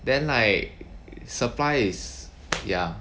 then like supplies is ya